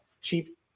cheap